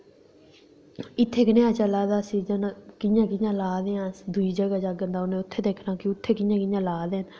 इत्थै कनेहा चला दा सीज़न कि'यां कि'यां ला दे आं अस दूई जगह जाह्ङन ते उ'नें उत्थै दिक्खना कि कि'यां उत्थै कि'यां कि'यां ला दे न